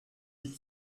die